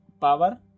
power